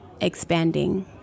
expanding